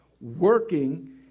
working